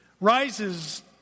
rises